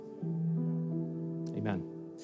Amen